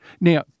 Now